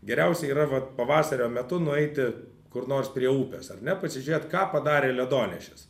geriausia yra vat pavasario metu nueiti kur nors prie upės ar ne pasižėt ką padarė ledonešis